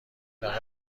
یعنی